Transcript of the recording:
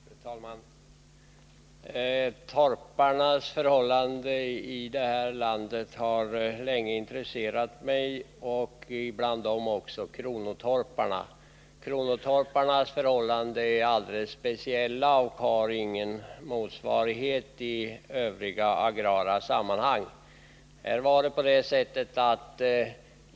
Fru talman! Torparnas — däribland också kronotorparnas — förhållanden i det här landet har länge intresserat mig. Kronotorparnas förhållanden är alldeles speciella och har ingen motsvarighet i övriga agrara sammanhang.